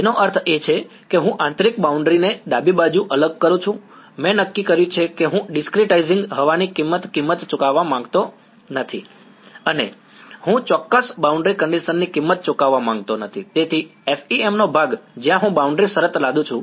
તેનો અર્થ એ છે કે હું આંતરિક બાઉન્ડ્રી ને ડાબી બાજુથી અલગ કરું છું મેં નક્કી કર્યું છે કે હું ડિસ્ક્રિટાઈઝિંગ હવાની કિંમત ચૂકવવા માંગતો નથી અને હું અચોક્કસ બાઉન્ડ્રી કંડીશન ની કિંમત ચૂકવવા માંગતો નથી તેથી FEM નો ભાગ જ્યાં હું બાઉન્ડ્રી શરત લાદું છું